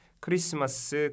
Christmas